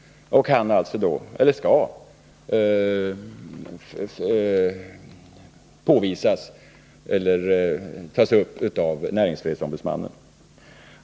Det skall tas upp av näringsfrihetsombudsmannen.